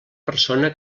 persona